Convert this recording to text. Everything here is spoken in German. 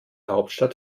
hauptstadt